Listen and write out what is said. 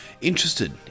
interested